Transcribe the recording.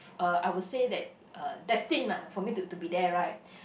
uh I would say that uh destined ah for me to to be there right